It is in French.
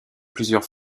plusieurs